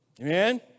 Amen